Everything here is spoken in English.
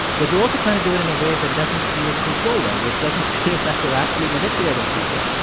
but you're also trying to do it in a way that doesn't feel controlling, which doesn't feel like you're actually manipulating people.